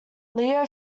leo